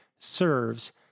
serves